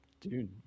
dude